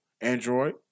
android